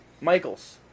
Michael's